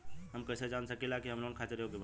हम कईसे जान सकिला कि हम लोन खातिर योग्य बानी?